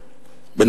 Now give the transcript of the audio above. בין,